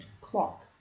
clock